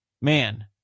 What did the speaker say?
man